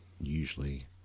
usually